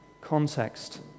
context